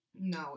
No